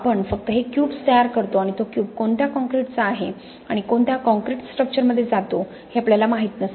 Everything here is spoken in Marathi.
आपण फक्त हे क्यूब्स तयार करतो आणि तो क्यूब कोणत्या कॉंक्रिटचा आहे आणि कोणत्या कॉंक्रिट स्ट्रक्चरमध्ये जातो हे आपल्याला माहीत नसते